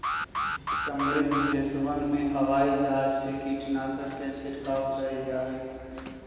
समृद्ध देशवन में हवाई जहाज से कीटनाशकवन के छिड़काव कइल जाहई